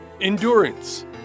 endurance